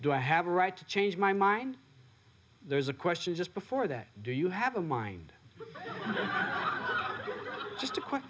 do i have a right to change my mind there's a question just before that do you have a mind just a qu